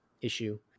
issue